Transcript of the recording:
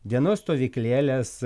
dienos stovyklėles